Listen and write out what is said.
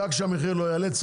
תדאג שהמחיר לא יעלה יותר מידי,